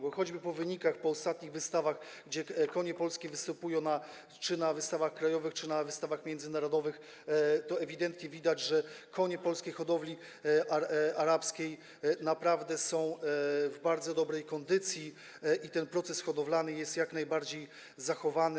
Bo choćby po wynikach... po ostatnich wystawach, gdzie konie polskie występują - czy na wystawach krajowych, czy na wystawach międzynarodowych - ewidentnie widać, że konie arabskie polskiej hodowli są naprawdę w bardzo dobrej kondycji i ten proces hodowlany jest jak najbardziej zachowany.